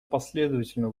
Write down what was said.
последовательно